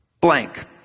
blank